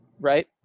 right